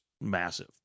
massive